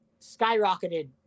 skyrocketed